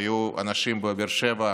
והיו אנשים בבאר שבע,